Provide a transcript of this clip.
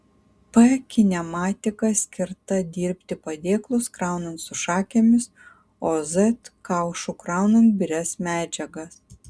p kinematika skirta dirbti padėklus kraunant su šakėmis o z kaušu kraunant birias medžiagas